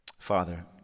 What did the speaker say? Father